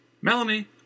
Melanie